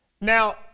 Now